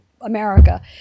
America